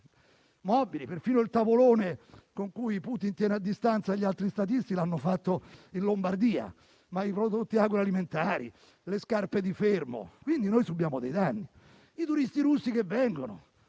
mobili - perfino il tavolone con cui Putin tiene a distanza gli altri statisti è stato realizzato in Lombardia - prodotti agroalimentari e le calzature di Fermo. Quindi, subiamo dei danni. I turisti russi che vengono